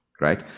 right